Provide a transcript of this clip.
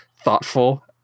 thoughtful